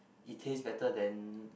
it taste better than